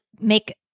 make